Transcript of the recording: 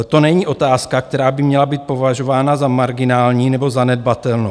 To není otázka, která by měla být považována za marginální nebo zanedbatelnou.